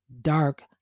dark